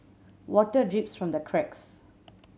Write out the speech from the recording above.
water drips from the cracks